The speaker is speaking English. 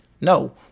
No